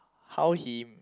how he